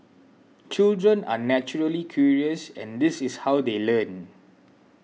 children are naturally curious and this is how they learn